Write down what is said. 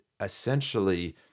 essentially